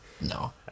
No